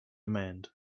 mend